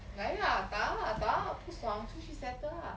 来啊打啊不爽出去 settle ah